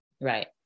Right